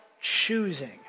choosing